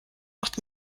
macht